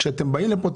כשאתם באים לפה,